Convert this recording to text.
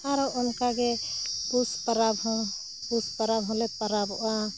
ᱟᱨᱚ ᱚᱱᱠᱟᱜᱮ ᱯᱩᱥ ᱯᱟᱨᱟᱵᱽ ᱦᱚᱸ ᱯᱩᱥ ᱯᱟᱨᱟᱵ ᱦᱚᱸᱞᱮ ᱯᱟᱨᱟᱵᱚᱜᱼᱟ